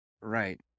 Right